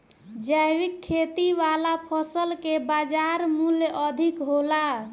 जैविक खेती वाला फसल के बाजार मूल्य अधिक होला